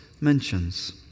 mentions